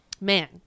man